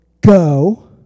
go